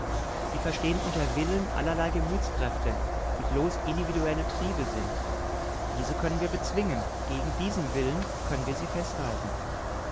sie verstehen unter willen allerlei gemütskräfte die bloß individuelle triebe sind diese können wir bezwingen gegen diesen willen können wir sie festhalten